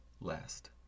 last